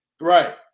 Right